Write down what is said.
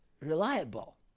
reliable